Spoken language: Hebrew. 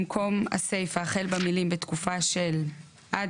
במקום הסיפה החל במילים "בתקופה של" עד